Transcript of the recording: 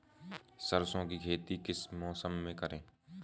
सरसों की खेती किस मौसम में करें?